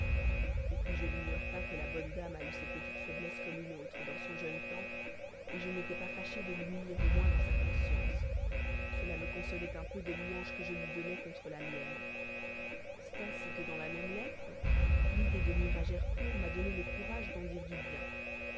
et puis je n'ignore pas que la bonne dame a eu ses petites faiblesses comme une autre dans son jeune temps je n'étais pas fâchée de l'humilier au moins dans sa conscience cela me consolait un peu des louanges que je lui donnais contre la mienne c'est ainsi que dans la même lettre l'idée de nuire à gercourt m'a donné le courage d'en dire du bien